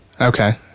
Okay